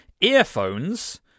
earphones